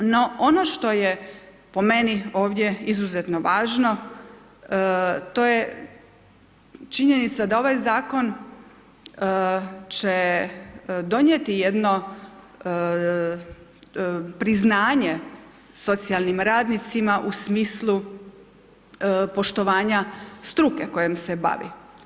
No ono što je po meni, ovdje izuzetno važno, to je čunjenica da ovaj zakon će donijeti jedno priznanje socijalnim radnicima, u smislu poštovanja struke kojom se bavi.